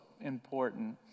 important